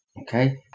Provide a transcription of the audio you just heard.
okay